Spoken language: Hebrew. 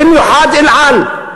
במיוחד "אל על".